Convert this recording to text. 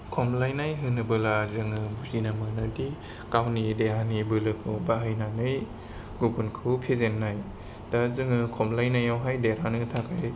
खमलायनाय होनोबोला जोङो मिथिनो मोनोदि गावनि देहानि बोलोखौ बाहायनानै गुबुनखौ फेजेननाय दा जोङो खमलायनायावहाय देरहानो थाखाय